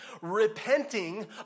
repenting